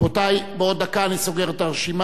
רבותי, בעוד דקה אני סוגר את הרשימה.